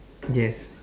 yes